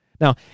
Now